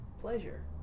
pleasure